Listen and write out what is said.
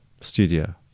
studio